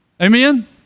Amen